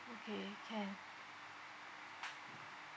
okay can